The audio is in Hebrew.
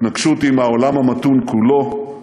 התנגשות עם העולם המתון כולו,